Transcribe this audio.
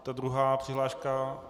Ta druhá přihláška?